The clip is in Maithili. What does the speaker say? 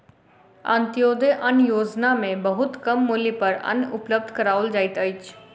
अन्त्योदय अन्न योजना में बहुत कम मूल्य पर अन्न उपलब्ध कराओल जाइत अछि